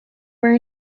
were